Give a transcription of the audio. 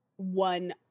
one